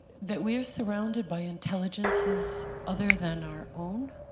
that we are surrounded by intelligences other than our own